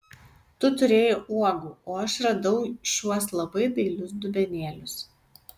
tu turėjai uogų o aš radau šiuos labai dailius dubenėlius